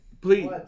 please